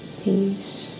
peace